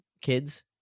kids